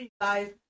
guys